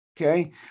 okay